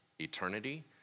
eternity